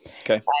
Okay